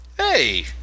Hey